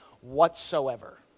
whatsoever